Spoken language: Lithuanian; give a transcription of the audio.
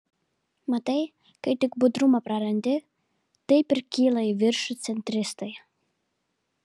matai kai tik budrumą prarandi taip ir kyla į viršų centristai